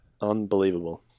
Unbelievable